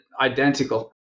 identical